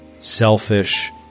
selfish